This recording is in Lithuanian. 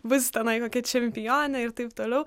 bus tenai kokia čempionė ir taip toliau